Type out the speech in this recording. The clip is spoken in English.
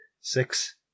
Six